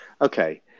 okay